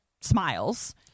smiles